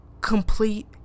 Complete